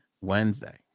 wednesday